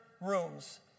Rooms